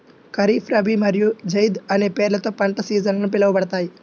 ఖరీఫ్, రబీ మరియు జైద్ అనే పేర్లతో పంట సీజన్లు పిలవబడతాయి